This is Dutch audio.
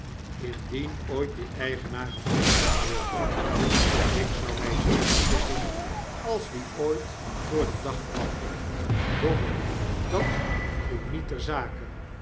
indien ooit die eigenaar gevonden mocht worden ik zou my zeer vergissen als die ooit voor den dag kwam doch dat doet niets ter zake